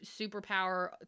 superpower